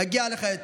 מגיע לך יותר.